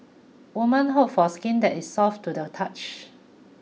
women hope for skin that is soft to the touch